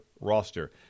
roster